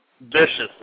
vicious